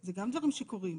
זה גם דברים שקורים